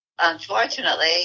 unfortunately